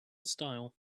style